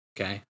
okay